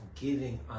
giving